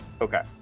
Okay